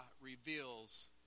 reveals